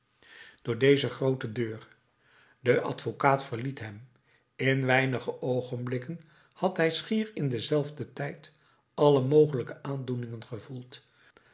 door deze groote deur de advocaat verliet hem in weinige oogenblikken had hij schier in denzelfden tijd alle mogelijke aandoeningen gevoeld